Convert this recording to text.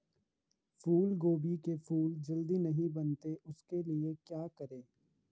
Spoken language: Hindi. फूलगोभी के फूल जल्दी नहीं बनते उसके लिए क्या करें?